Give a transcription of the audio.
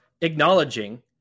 acknowledging